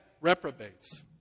reprobates